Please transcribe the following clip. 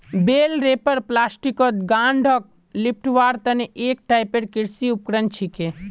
बेल wrapper प्लास्टिकत गांठक लेपटवार तने एक टाइपेर कृषि उपकरण छिके